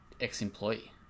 ex-employee